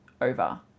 over